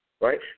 right